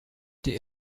die